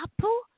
apple